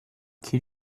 can